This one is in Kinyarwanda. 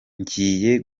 njyiye